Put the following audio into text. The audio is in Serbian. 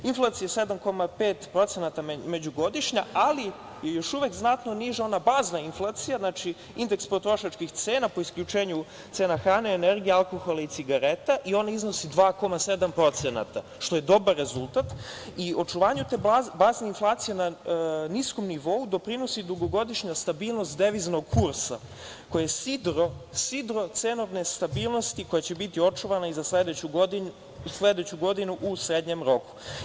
Inflacija 7,5% međugodišnja, ali još uvek znatno niža ona bazna inflacija, znači, indeks potrošačkih cena po isključenju cena hrane, energije, alkohol i cigareta i ona iznosi 2,7% što je dobar rezultat, i očuvanju te bazne inflacije na niskom nivou doprinosi dugogodišnja stabilnost deviznog kursa koje je sidro cenovne stabilnosti koja će biti očuvana i za sledeću godinu u srednjem roku.